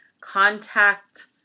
contact